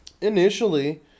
initially